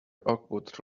awkward